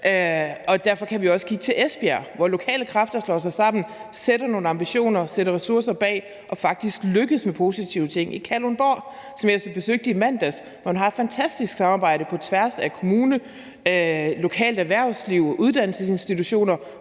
selv. Hvis vi ser på Esbjerg, slår lokale kræfter sig sammen, sætter nogle ambitioner, sætter ressourcer bag og lykkes faktisk med positive ting. I Kalundborg, som jeg besøgte i mandags, har man et fantastisk samarbejde på tværs af kommune, det lokale erhvervsliv og uddannelsesinstitutioner